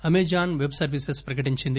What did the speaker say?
Amazon web services ప్రకటించింది